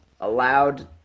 allowed